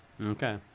Okay